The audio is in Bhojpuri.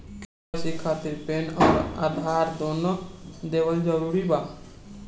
के.वाइ.सी खातिर पैन आउर आधार दुनों देवल जरूरी बा?